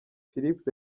filip